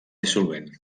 dissolvent